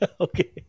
Okay